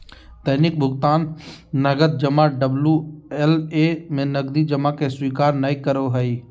दैनिक भुकतान नकद जमा डबल्यू.एल.ए में नकदी जमा के स्वीकार नय करो हइ